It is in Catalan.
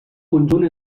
conjunt